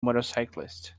motorcyclist